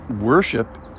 worship